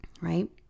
right